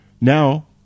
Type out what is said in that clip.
now